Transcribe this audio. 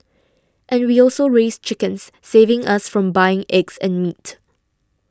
and we also raise chickens saving us from buying eggs and meat